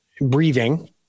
breathing